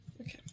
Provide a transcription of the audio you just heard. Okay